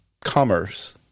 commerce